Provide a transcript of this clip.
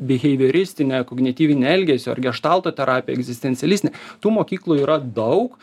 biheiveristinė kognityvinė elgesio ar geštalto terapija egzistencialistinė tų mokyklų yra daug